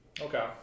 Okay